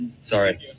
Sorry